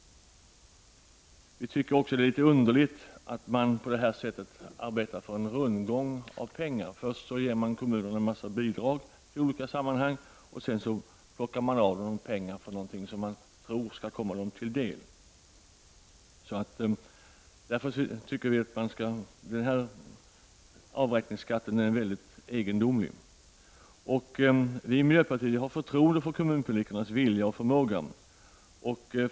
Vi tycker också att det är litet underligt att man på det här sättet arbetar för en rundgång av pengar. Först ger man kommunerna en massa bidrag i olika sammanhang, och sedan plockar man av dem pengar för någonting som man tror skall komma dem till del. Därför tycker vi att avräkningsskatten är väldigt egendomlig. Vi i miljöpartiet har förtroende för kommunpolitikernas vilja och förmåga.